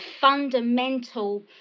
fundamental